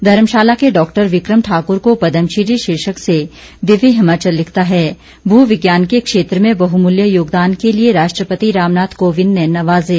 धर्मशाला के डा विक्रम ठाकुर को पदम्श्री शीर्षक से दिव्य हिमाचल लिखता है मूविज्ञान के क्षेत्र में बहुमूल्य योगदान के लिये राष्ट्रपति रामनाथ कोविंद ने नवाजे